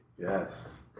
yes